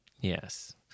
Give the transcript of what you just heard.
Yes